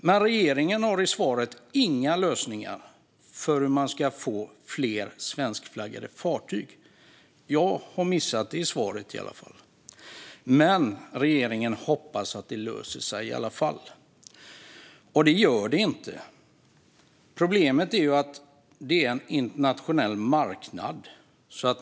Men regeringen har, enligt svaret, inga lösningar på hur man ska få fler svenskflaggade fartyg. Jag har i alla fall missat det i svaret. Regeringen hoppas att det löser sig i alla fall. Det gör det inte. Problemet är att det är en internationell marknad.